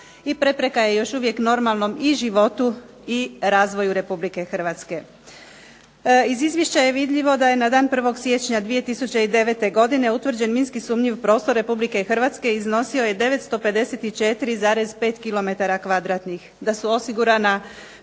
i prepreka je još uvijek normalnom i životu i razvoju Republike Hrvatske. Iz izvješća je vidljivo da je na dan 1. siječnja 2009. godine utvrđen minski sumnjiv prostor Republike Hrvatske iznosio je 954,5 kilometara